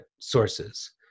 sources